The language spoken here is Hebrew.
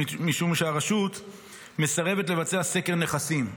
משום שהרשות מסרבת לבצע סקר נכסים,